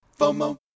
FOMO